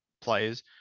players